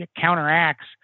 counteracts